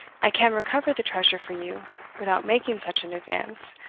i can recover the treasure for you without making such an advance,